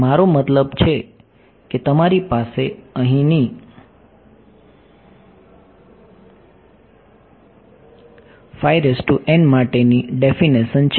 તેથી મારો મતલબ છે કે તમારી પાસે અહીંની માટેની ડેફીનેશન છે